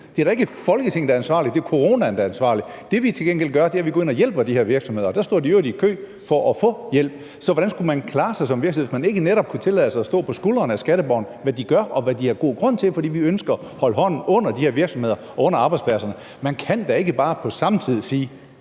Det er da ikke Folketinget, der er ansvarlig; det er coronaen, der er ansvarlig. Det, vi til gengæld gør, er, at vi går ind og hjælper de her virksomheder, og der står de i øvrigt i kø for at få hjælp. Så hvordan skulle man klare sig som virksomhed, hvis man ikke netop kunne tillade sig at stå på skuldrene af skatteborgerne, hvad de også gør, og hvad de har god grund til, fordi vi ønsker at holde hånden under de her virksomheder og under arbejdspladserne? Man kan da ikke bare på samme tid sige,